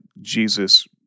Jesus